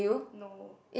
no